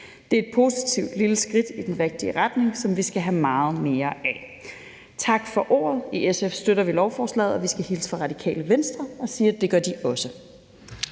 Det er et positivt lille skridt i den rigtige retning, som vi skal have meget mere af. I SF støtter vi lovforslaget, og vi skal hilse fra Radikale Venstre og sige, at det gør de også.